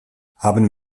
haben